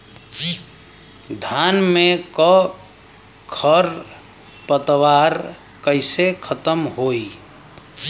धान में क खर पतवार कईसे खत्म होई?